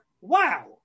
wow